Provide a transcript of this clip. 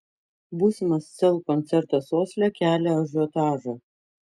būsimas sel koncertas osle kelia ažiotažą